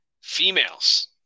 Females